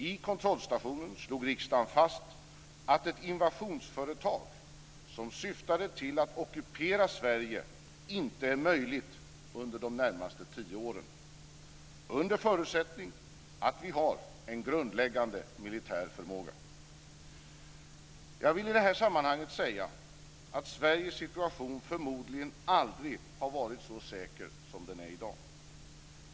I kontrollstationen slog riksdagen fast att ett invasionsföretag som syftade till att ockupera Sverige inte är möjligt under de närmaste tio åren under förutsättning att vi har en grundläggande militär förmåga. Jag vill i detta sammanhang säga att Sveriges situation förmodligen aldrig har varit så säker som den är i dag.